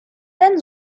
ends